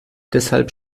deshalb